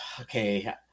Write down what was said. okay